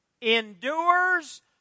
endures